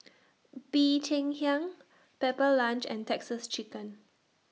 Bee Cheng Hiang Pepper Lunch and Texas Chicken